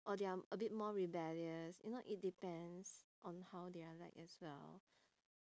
or they are a bit more rebellious you know it depends on how they are like as well